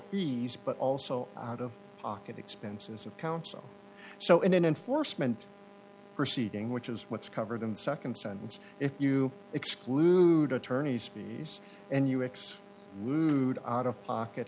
fees but also out of pocket expenses of counsel so in an enforcement proceeding which is what's covered them nd sentence if you exclude attorney's fees and you ex mood out of pocket